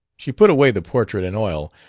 she put away the portrait in oil,